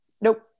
Nope